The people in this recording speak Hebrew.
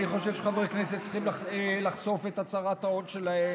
אני חושב שחברי הכנסת צריכים לחשוף את הצהרת ההון שלהם.